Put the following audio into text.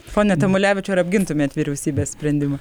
pone tamulevičiau ar apgintumėt vyriausybės sprendimų